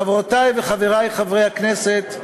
חברותי וחברי חברי הכנסת,